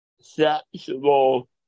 sexual